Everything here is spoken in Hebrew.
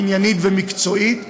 עניינית ומקצועית.